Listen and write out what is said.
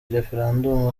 referandumu